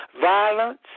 violence